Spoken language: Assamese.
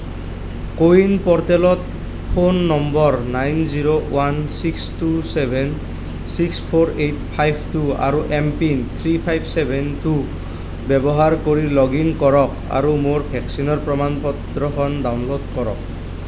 কোৱিন প'ৰ্টেলত phone number nine zero one six two seven six four eight five two আৰু M PIN three five seven two ব্যৱহাৰ কৰি লগ ইন কৰক আৰু মোৰ ভেকচিনৰ প্ৰমাণ পত্ৰখন ডাউনলোড কৰক